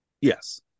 Yes